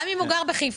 גם אם הוא גר בחיפה.